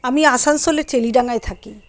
আমি আসানসোলে চেলিডাঙায় থাকি